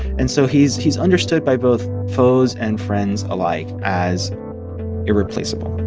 and so he's he's understood by both foes and friends alike as irreplaceable